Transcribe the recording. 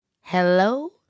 Hello